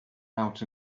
out